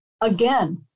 again